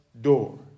door